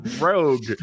rogue